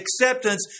acceptance